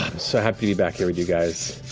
so happy to be back here with you guys.